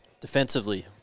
Defensively